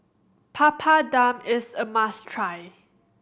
Papadum is a must try